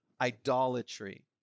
idolatry